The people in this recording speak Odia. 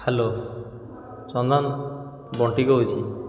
ହ୍ୟାଲୋ ଚନ୍ଦନ ବଣ୍ଟି କହୁଛି